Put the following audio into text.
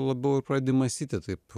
labiau ir pradedi mąstyti taip